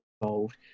involved